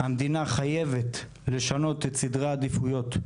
המדינה חייבת לשנות את סדרי העדיפויות,